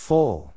Full